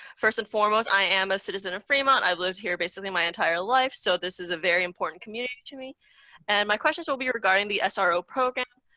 first and foremost, i am a citizen of fremont, i lived here basically my entire life, so this is a very important community to me and my questions will be regarding the ah sro program.